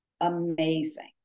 amazing